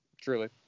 truly